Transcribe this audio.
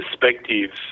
perspectives